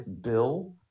bill